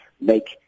make